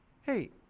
hey